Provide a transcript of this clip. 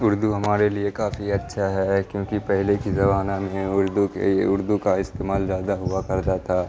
اردو ہمارے لیے کافی اچھا ہے کیونکہ پہلے کے زمانہ میں اردو کے اردو کا استعمال زیادہ ہوا کرتا تھا